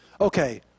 Okay